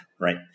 right